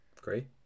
great